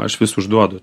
aš vis užduodu